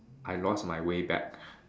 I lost my way back